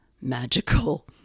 magical